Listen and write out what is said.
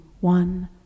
one